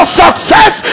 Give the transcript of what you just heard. success